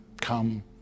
come